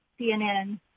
CNN